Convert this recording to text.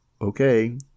okay